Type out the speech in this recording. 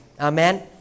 Amen